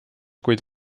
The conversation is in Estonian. kuid